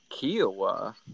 Kiowa